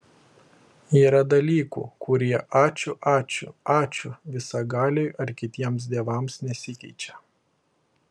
yra dalykų kurie ačiū ačiū ačiū visagaliui ar kitiems dievams nesikeičia